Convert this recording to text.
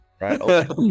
right